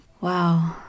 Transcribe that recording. Wow